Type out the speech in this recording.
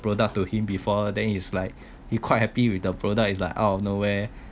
product to him before then he's like he quite happy with the product is like out of nowhere